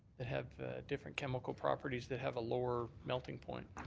that have different chemical properties that have a lower melting point.